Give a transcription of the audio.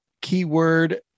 keyword